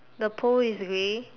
the pole is grey